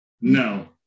no